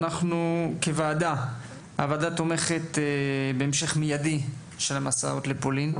שהוועדה תומכת בהמשך מיידי של המסעות לפולין.